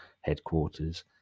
headquarters